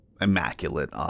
immaculate